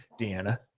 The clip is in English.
deanna